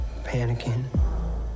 panicking